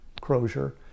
crozier